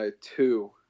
two